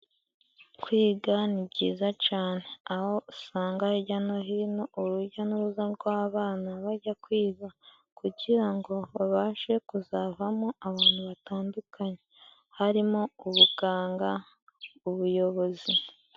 Kwiga ni byiza cane aho usanga hirya no hino urujya n'uruza rw'abana bajya kwiga kugira ngo babashe kuzavamo abantu batandukanye harimo: ubuganga, ubuyobozi.